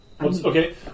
Okay